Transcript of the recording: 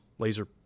laser